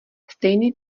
stejný